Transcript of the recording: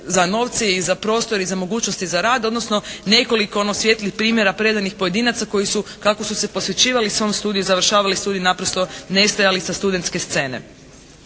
za novce i za prostor i za mogućnosti za rad. Odnosno nekoliko ono svijetlih primjera predanih pojedinaca koji su kako su se posvećivali svom studiju i završavali studij naprosto nestajali sa studentske scene.